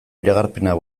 iragarpenak